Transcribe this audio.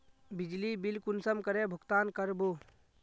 बिजली बिल कुंसम करे भुगतान कर बो?